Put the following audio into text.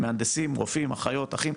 מהנדסים, רופאים, אחים, אחיות.